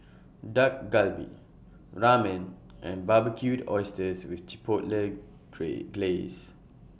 Dak Galbi Ramen and Barbecued Oysters with Chipotle Glaze